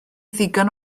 ddigon